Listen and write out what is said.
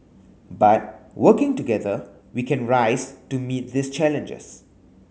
but working together we can rise to meet these challenges